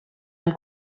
amb